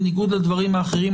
בניגוד לדברים האחרים,